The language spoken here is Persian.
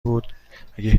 بود، اگه